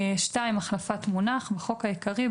החלפת מונח 2. בחוק העיקרי,